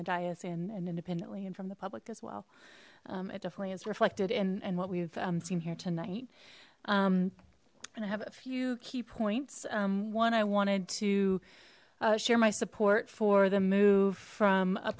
the diazien and independently and from the public as well it definitely is reflected in and what we've seen here tonight and i have a few key points one i wanted to share my support for the move from a